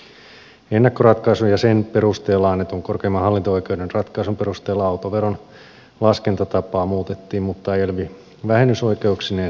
ennakkoratkaisun ja sen perusteella annetun korkeimman hallinto oikeuden ratkaisun perusteella autoveron laskentatapaa muutettiin mutta elv vähennysoikeuksineen säilytettiin